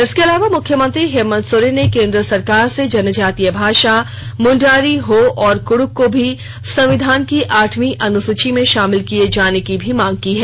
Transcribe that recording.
इसके अलावा मुख्यमंत्री हेमंत सोरेन ने केन्द्र सरकार से जनजातीय भाषा मुण्डारी हो और कुड्ख को भी संविधान की आठवीं अनुसूची में शामिल किये जाने की भी मांग की है